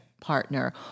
partner